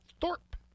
Thorpe